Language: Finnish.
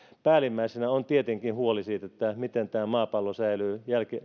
päällimmäisenä on tietenkin huoli siitä miten tämä maapallo säilyy